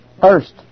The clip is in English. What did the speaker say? first